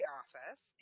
office